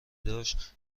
داشت